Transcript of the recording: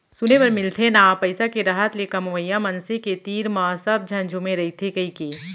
सुने बर मिलथे ना पइसा के रहत ले कमवइया मनसे के तीर म सब झन झुमे रइथें कइके